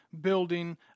building